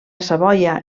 savoia